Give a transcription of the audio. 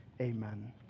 Amen